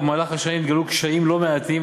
ובמהלך השנים התגלו קשיים לא מעטים,